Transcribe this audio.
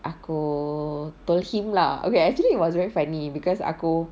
aku told him lah okay actually it was very funny because aku